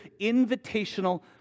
invitational